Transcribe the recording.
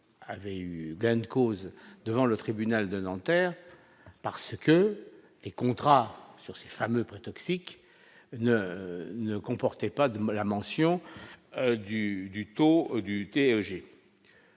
avait eu gain de cause devant le tribunal de Nanterre parce que les contrats sur ces fameux prêts toxiques ne ne comportait pas de la mention du du taux du TEG.